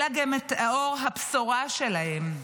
אלא גם את אור הבשורה שלהם,